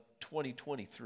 2023